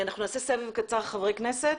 אנחנו נעשה סבב קצר של חברי הכנסת